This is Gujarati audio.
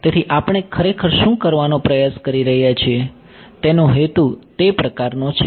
તેથી આપણે ખરેખર શું કરવાનો પ્રયાસ કરી રહ્યા છીએ તેનો હેતુ તે પ્રકારનો છે